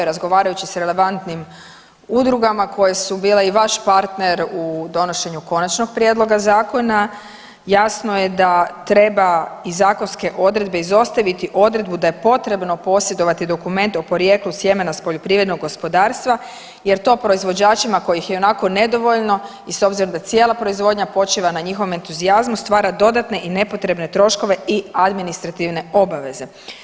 Razgovarajući s relevantnim udrugama koje su bile i vaš partner u donošenju konačnog prijedloga zakona jasno je da treba iz zakonske odredbe izostaviti odredbu da je potrebno posjedovati dokument o porijeklu sjemena s poljoprivrednog gospodarstva jer to proizvođačima kojih je ionako nedovoljno i s obzirom da cijela proizvodnja počiva na njihovom entuzijazmu stvara dodatne i nepotrebne troškove i administrativne obaveze.